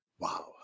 Wow